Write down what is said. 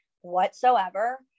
whatsoever